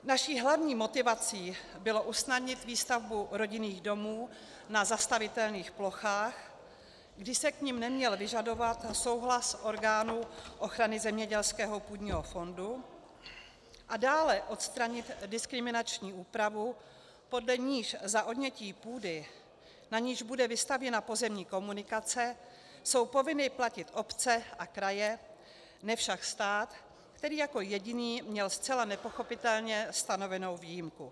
Naší hlavní motivací bylo usnadnit výstavbu rodinných domů na zastavitelných plochách, kdy se k nim neměl vyžadovat souhlas orgánů ochrany zemědělského půdního fondu, a dále odstranit diskriminační úpravu, podle níž za odnětí půdy, na níž bude vystavěna pozemní komunikace, jsou povinny platit obce a kraje, ne však stát, který jako jediný měl zcela nepochopitelně stanovenou výjimku.